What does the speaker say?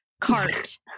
cart